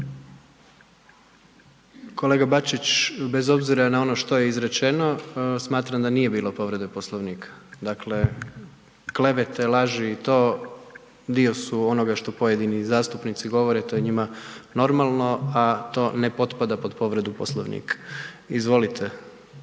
Kolega Bačić bez obzira na ono što izrečeno smatram da nije bilo povrede Poslovnika, dakle klevete, laži i to dio su onoga što pojedini zastupnici govore, to je njima normalno, a to ne potpada pod povredu Poslovnika. Izvolite